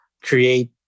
Create